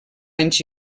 anys